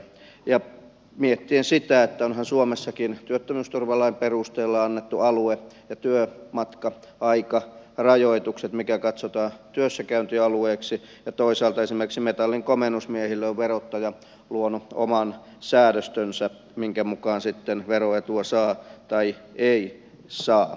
voidaan miettiä sitä että onhan suomessakin työttömyysturvalain perusteella annettu alue ja työmatka aikarajoitukset mikä katsotaan työssäkäyntialueeksi ja toisaalta esimerkiksi metallin komennusmiehille on verottaja luonut oman säädöstönsä minkä mukaan sitten veroetua saa tai ei saa